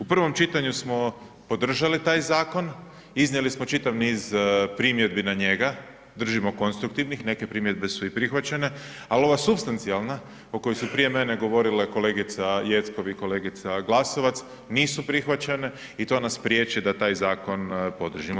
U prvom čitanju smo podržali taj zakon, iznijeli smo čitav niz primjedbi na njega, držimo konstruktivnih, neke primjedbe su i prihvaćene ali ova supstancijalna o kojoj su prije mene govorile kolegica Jeckov i kolegica Glasovac, nisu prihvaćen i to nas priječi da taj zakon podržimo.